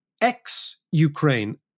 ex-Ukraine